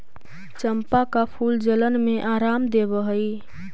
चंपा का फूल जलन में आराम देवअ हई